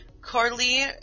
Carly